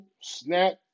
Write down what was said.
Snap